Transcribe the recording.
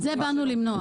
את זה באנו למנוע.